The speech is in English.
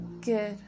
good